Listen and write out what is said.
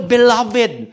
Beloved